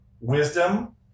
wisdom